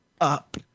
up